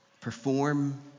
Perform